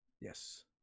Yes